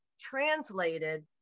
translated